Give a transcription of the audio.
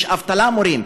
יש אבטלה של מורים.